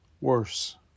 worse